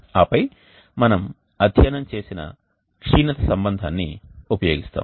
ఆపై మనం అధ్యయనం చేసిన క్షీణత సంబంధాన్ని ఉపయోగిస్తాము